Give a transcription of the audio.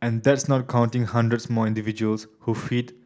and that's not counting hundreds more individuals who feed